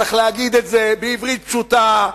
צריך להגיד את זה בעברית פשוטה,